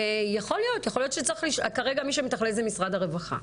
ויכול להיות יכול להיות שצריך כרגע מי שמתכלל זה משרד הרווחה.